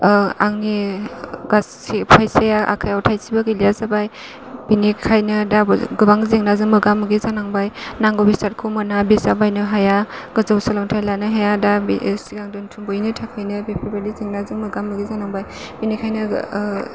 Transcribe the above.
आंनि गासै फैसाया आखाइआव थाइसेबो गैलिया जाबाय बिनिखायनो दा गोबां जेंनाजों मोगा मोगि जानांबाय नांगौ बेसादखौ मोना बिजाब बायनो हाया गोजौ सोलोंथाइ लानो हाया दा सिगां दोनथुमबोयिनि थाखायनो बिफोरबायदि जेंनाजों मोगा मोगि जानांबाय बेनिखायनो